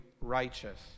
righteous